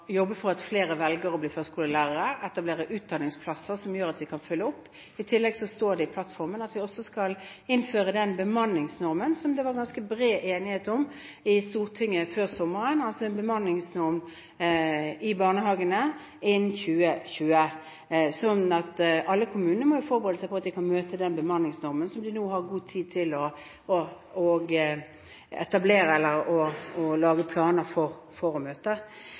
bli førskolelærer, og etablere utdanningsplasser som gjør at vi kan følge opp. I tillegg står det i regjeringsplattformen at vi skal innføre en bemanningsnorm i barnehagene innen 2020, som det var ganske bred enighet om i Stortinget før sommeren. Alle kommuner må forholde seg til denne bemanningsnormen, som de nå har god tid til å etablere, eller lage planer for å innføre. Det er mange spørsmål knyttet til det å